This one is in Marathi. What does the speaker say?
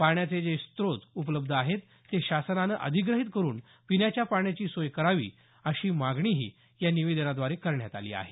पाण्याचे जे स्त्रोत उपलब्ध आहेत ते शासनानं अधिग्रहीत करुन पिण्याच्या पाण्याची सोय करावी अशी मागणीही या निवेदनाद्वारे करण्यात आली आहे